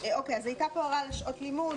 הייתה פה הערה על שעות לימוד.